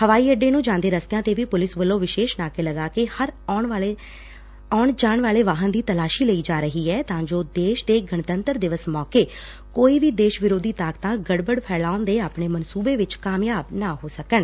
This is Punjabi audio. ਹਵਾਈ ੱਡੇ ਨੂੰ ਜਾਂਦੇ ਰਸਤਿਆਂ ਤੇ ਵੀ ਪੁਲਿਸ ਵਲੋਂ ਵਿਸ਼ੇਸ਼ ਨਾਕੇ ਲਗਾ ਕੇ ਹਰ ਆਉਣ ਜਾਣ ਵਾਲੇ ਵਾਹਨ ਦੀ ਤਲਾਸ਼ੀ ਲਈ ਜਾ ਰਹੀ ਐ ਤਾਂ ਜੋ ਦੇਸ਼ ਦੇ ਗਣਤੰਤਰ ਦਿਵਸ ਮੌਕੇ ਕੋਈ ਵੀ ਦੇਸ਼ ਵਿਰੋਧੀ ਤਾਕਤਾਂ ਗੜਬੜ ਫੈਲਾਉਣ ਦੇ ਆਪਣੇ ਮਨਸੁਬੇ ਚ ਕਾਮਯਾਬ ਨਾ ਹੋ ਸਕਣ